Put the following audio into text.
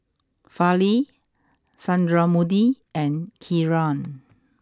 Fali Sundramoorthy and Kiran